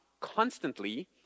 constantly